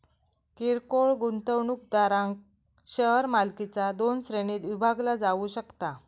किरकोळ गुंतवणूकदारांक शेअर मालकीचा दोन श्रेणींत विभागला जाऊ शकता